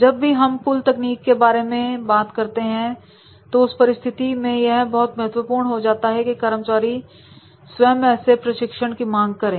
जब भी हम पुल तकनीक के बारे में बात करते हैं तो उस स्थिति में यह बहुत महत्वपूर्ण हो जाता है कि कर्मचारी स्वयं ऐसे प्रशिक्षण की मांग करें